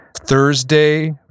Thursday